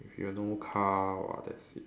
if you no car !wah! that's it